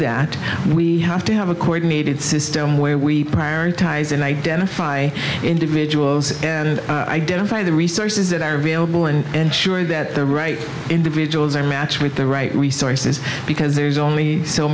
that we have to have a coordinated system where we prioritize and identify individuals and identify the resources that are available and ensuring that the right individuals are matched with the right resources because there's only so